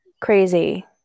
Crazy